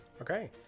Okay